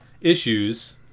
issues